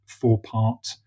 four-part